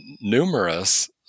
numerous